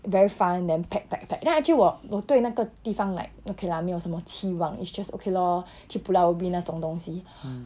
very fun then pack pack pack then actually 我我对那个地方 like okay lah 没有什么期望 it's just okay lor 去 pulau ubin 那种东西